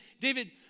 David